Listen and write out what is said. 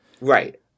right